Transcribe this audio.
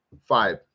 Five